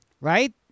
right